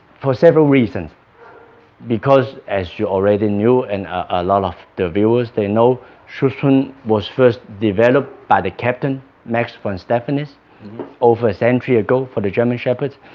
for several reasons because as you already knew and a lot of the viewers they know schutzhund was first developed by the captain max von stefanitz over a century ago for the german shepherds,